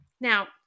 Now